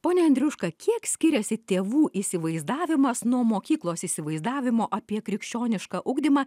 pone andriuška kiek skiriasi tėvų įsivaizdavimas nuo mokyklos įsivaizdavimo apie krikščionišką ugdymą